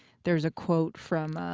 there's a quote from,